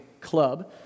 club